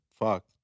fuck